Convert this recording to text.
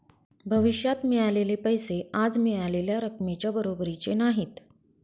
भविष्यात मिळालेले पैसे आज मिळालेल्या रकमेच्या बरोबरीचे नाहीत